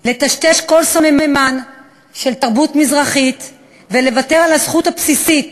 לטשטש כל סממן של תרבות מזרחית ולוותר על הזכות הבסיסית